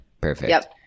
Perfect